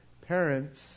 parents